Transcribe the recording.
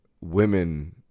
women